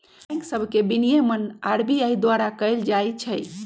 bank सभ के विनियमन आर.बी.आई द्वारा कएल जाइ छइ